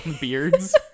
beards